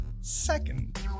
second